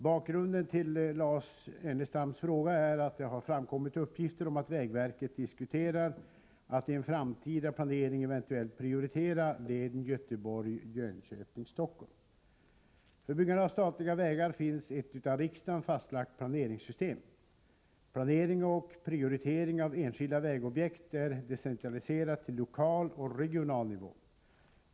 Bakgrunden till Lars Ernestams fråga är att det har framkommit uppgifter om att vägverket diskuterar att i en framtida planering eventuellt prioritera leden Göteborg-Jönköping-Stockholm. För byggande av statliga vägar finns ett av riksdagen fastlagt planeringssystem. Planering och prioritering av enskilda vägobjekt är decentraliserat till lokal och regional nivå.